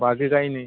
हं बाकी काही नाही